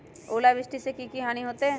ओलावृष्टि से की की हानि होतै?